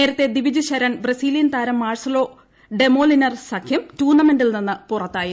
നേരത്തേ ദിവിജ് ശരൺ ബ്രസീലിയൻ താരം Marcelo Demoliner സഖ്യം ടൂർണമെന്റിൽ നിന്ന് പുറത്തായിരുന്നു